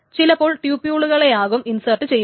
ചിലപ്പോൾ ട്യൂപിളുകളെയാകും ഇൻസേർട്ട്ചെയ്യുക